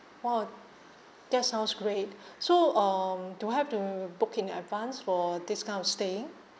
!wah! that sounds great so um do I have to book in advance for this kind of staying